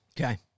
Okay